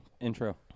intro